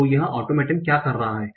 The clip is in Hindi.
तो यह ऑटोमेटन क्या कर रहा है